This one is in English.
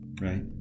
right